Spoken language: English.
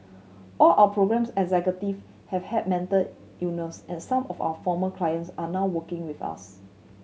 all our programme executive have had mental illness and some of our former clients are now working with us